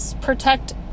protect